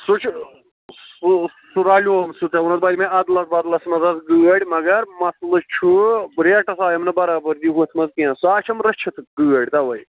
سُہ چھُ سُہ سُہ رلیوم سُہ ژےٚ ووٚنُتھ بہٕ دِمے ادلس بدلس مَنٛز حظ گٲڑۍ مگر مسلہ چھُ ریٹَس آیم نہٕ برابری ہُتھ منٛز کیٚنٛہہ سۄ ہا چھَم رٔچھِتھ گٲڑۍ تَوَے